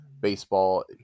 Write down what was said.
baseball